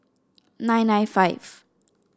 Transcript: nine nine five